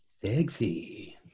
Sexy